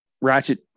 ratchet